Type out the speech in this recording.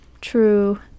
True